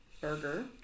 burger